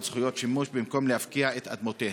זכויות שימוש במקום להפקיע את אדמותיהם?